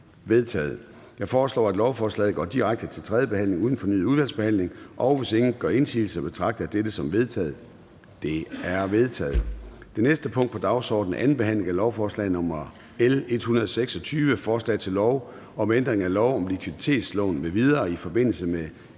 Jeg foreslår, at lovforslaget går direkte til tredje behandling uden fornyet udvalgsbehandling. Hvis ingen gør indsigelse, betragter jeg dette som vedtaget. Det er vedtaget. --- Det næste punkt på dagsordenen er: 20) 2. behandling af lovforslag nr. L 127: Forslag til lov om ændring af investeringsscreeningsloven